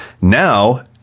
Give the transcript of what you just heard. now